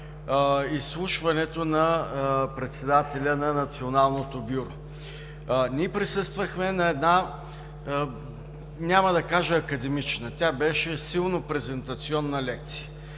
изслушването на председателя на Националното бюро. Ние присъствахме на една, няма да кажа академична, тя беше силно презентационна лекция,